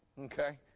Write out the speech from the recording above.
Okay